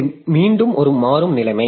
இது மீண்டும் ஒரு மாறும் நிலைமை